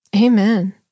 Amen